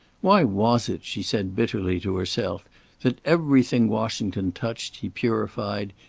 why was it, she said bitterly to herself that everything washington touched, he purified,